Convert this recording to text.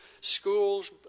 schools